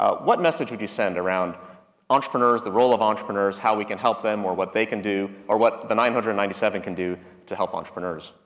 ah what message would you send around entrepreneurs, the role of entrepreneurs, how we can help them, or what they can do, or what the nine hundred and ninety seven can do to help entrepreneurs.